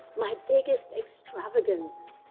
my biggest extravagance?